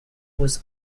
was